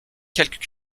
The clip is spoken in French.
quelques